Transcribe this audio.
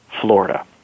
Florida